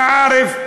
אנא עארף,